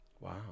Wow